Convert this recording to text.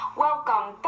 welcome